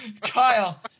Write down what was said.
Kyle